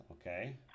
okay